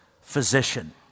physician